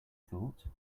thought